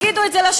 תגידו את זה,